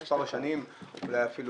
כבר שתי קדנציות,